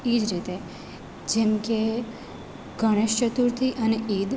એ જ રીતે જેમ કે ગણેશચતુર્થી અને ઈદ